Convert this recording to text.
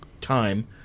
time